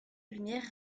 lumière